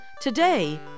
Today